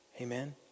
Amen